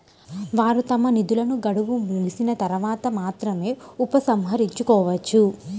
వారు తమ నిధులను గడువు ముగిసిన తర్వాత మాత్రమే ఉపసంహరించుకోవచ్చు